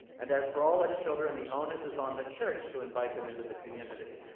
and as for all its children, the onus is on the church to invite them into the community.